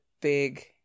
big